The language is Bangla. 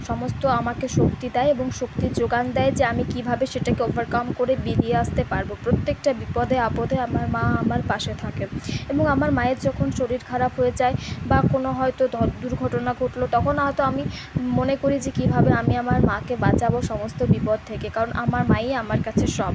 সমস্ত আমাকে শক্তি দেয় এবং শক্তির যোগান দেয় যে আমি কীভাবে সেটাকে ওভারকাম করে বেরিয়ে আসতে পারবো প্রত্যেকটা বিপদে আপদে আমার মা আমার পাশে থাকে এবং আমার মায়ের যখন শরীর খারাপ হয়ে যায় বা কোনও হয়তো দুর্ঘটনা ঘটলো তখন হয়তো আমি মনে করি যে কীভাবে আমি আমার মাকে বাঁচাবো সমস্ত বিপদ থেকে কারণ আমার মাই আমার কাছে সব